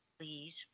please